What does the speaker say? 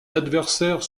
adversaires